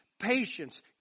Patience